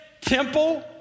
temple